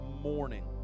morning